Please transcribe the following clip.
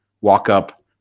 walk-up